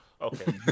Okay